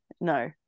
no